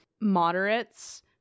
moderates